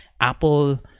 Apple